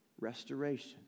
restoration